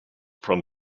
from